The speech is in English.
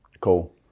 Cool